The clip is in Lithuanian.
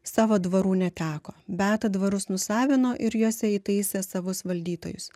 savo dvarų neteko beata dvarus nusavino ir juose įtaisė savus valdytojus